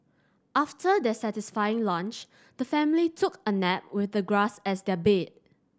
after their satisfying lunch the family took a nap with the grass as their bed